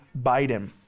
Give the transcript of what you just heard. Biden